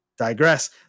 digress